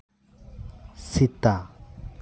ᱥᱮᱛᱟ